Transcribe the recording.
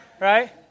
right